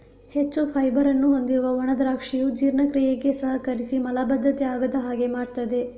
ಹೆಚ್ಚು ಫೈಬರ್ ಅನ್ನು ಹೊಂದಿರುವ ಒಣ ದ್ರಾಕ್ಷಿಯು ಜೀರ್ಣಕ್ರಿಯೆಗೆ ಸಹಕರಿಸಿ ಮಲಬದ್ಧತೆ ಆಗದ ಹಾಗೆ ಮಾಡ್ತದೆ